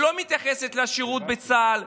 שלא מתייחסת לשירות בצה"ל,